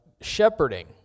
shepherding